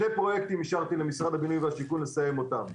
שני פרויקטים השארתי למשרד הבינוי והשיכון לסיים אותם.